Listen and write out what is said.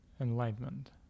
enlightenment